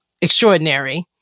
extraordinary